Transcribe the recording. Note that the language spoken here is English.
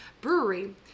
brewery